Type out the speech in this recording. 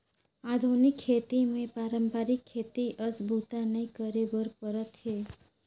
आधुनिक खेती मे पारंपरिक खेती अस बूता नइ करे बर परत हे